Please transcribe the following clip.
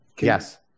Yes